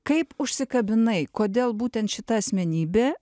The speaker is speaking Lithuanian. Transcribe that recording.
kaip užsikabinai kodėl būtent šita asmenybė